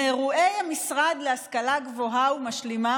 מאירועי המשרד להשכלה גבוהה ומשלימה,